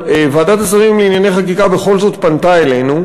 אבל ועדת השרים לענייני חקיקה בכל זאת פנתה אלינו,